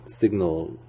signal